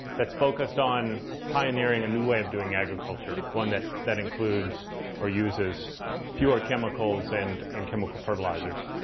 that's focused on pioneering a new way of doing agriculture one that that includes or uses fewer chemicals and and chemical fertilizers.